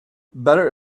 better